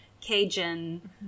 Cajun